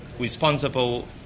responsible